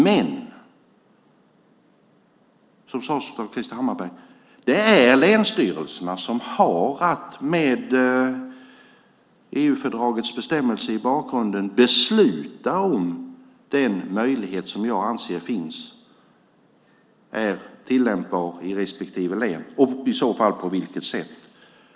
Men det är, som sades av Krister Hammarbergh, länsstyrelserna som har att med EU-fördragets bestämmelse i bakgrunden besluta om den möjlighet som jag anser är tillämpbar i respektive län och i så fall på vilket sätt.